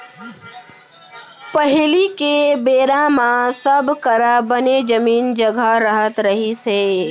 पहिली के बेरा म सब करा बने जमीन जघा रहत रहिस हे